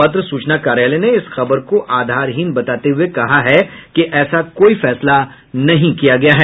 पत्र सूचना कार्यालय ने इस खबर को आधारहीन बताते हुये कहा है कि ऐसा कोई फैसला नहीं किया गया है